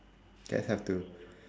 guess have to